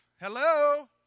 Hello